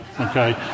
Okay